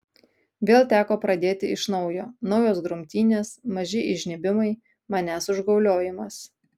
vėl teko pradėti iš naujo naujos grumtynės maži įžnybimai manęs užgauliojimas